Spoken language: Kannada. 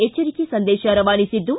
ಎಚ್ಚರಿಕೆ ಸಂದೇಶ ರವಾನಿಸಿದ್ದು